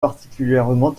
particulièrement